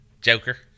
Joker